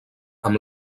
amb